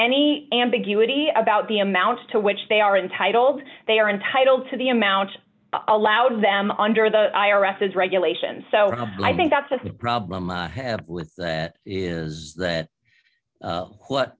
any ambiguity about the amounts to which they are entitled they are entitled to the amount allowed them under the i r s as regulations so i think that's a problem i have with that is that what